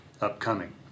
upcoming